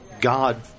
God